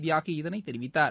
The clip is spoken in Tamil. தியாகி இதனைத் தெரிவித்தார்